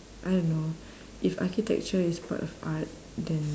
I don't know if architecture is part of art then